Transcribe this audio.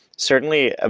certainly, ah